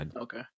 Okay